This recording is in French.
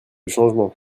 changement